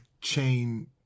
chain